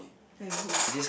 that is who